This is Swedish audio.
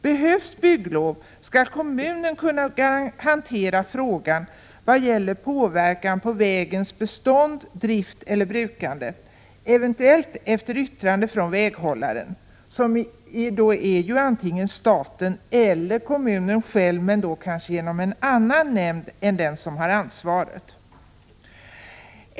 Behövs bygglov skall kommunen kunna hantera frågan i vad gäller påverkan på vägens bestånd, drift eller brukande — eventuellt efter yttrande från väghållaren, som antingen är staten eller kommunen själv, men då kanske genom en annan nämnd än den som bär ansvaret.